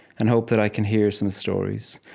and hope that i can hear some stories,